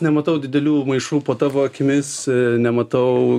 nematau didelių maišų po tavo akimis nematau